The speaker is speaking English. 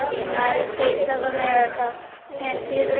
united states of america and to the